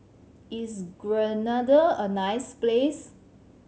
is Grenada a nice place